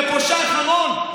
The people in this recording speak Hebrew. כפושע האחרון?